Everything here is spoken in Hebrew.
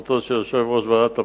ביוזמת יושב-ראש ועדת הפנים,